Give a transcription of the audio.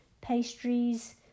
pastries